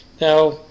Now